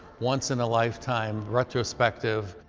once-in-a-lifetime retrospective.